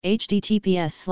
https